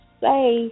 say